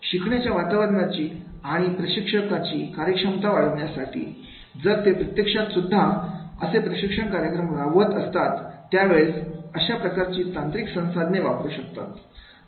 शिकण्याच्या वातावरणाची आणि प्रशिक्षकांची कार्यक्षमता वाढवण्यासाठी जर ते प्रत्यक्षात सुद्धा असे प्रशिक्षण कार्यक्रम राबवत असतात त्यावेळेस अशा प्रकारची तांत्रिक संसाधने वापरू शकतात